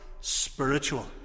spiritual